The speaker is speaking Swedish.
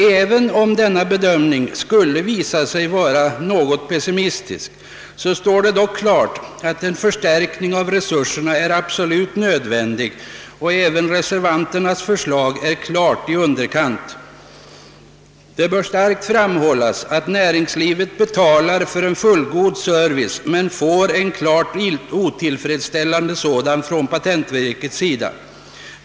Även om denna bedömning skulle visa sig vara något pessimistisk, står det dock klart att en förstärkning av resurserna är absolut nödvändig. Även reservanternas förslag ligger uppenbart i underkant. Det bör starkt framhållas att näringslivet betalar för en fullgod service, men får en klart otillfredsställande sådan från patentverket.